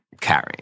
Carrying